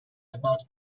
about